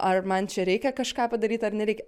ar man čia reikia kažką padaryt ar nereikia